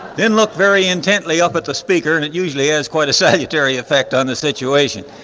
then look very intently up at the speaker and it usually has quite a salutary effect on the situation.